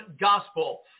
gospel